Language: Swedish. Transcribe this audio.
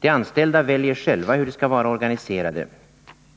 De anställda väljer själva hur de skall vara organiserade.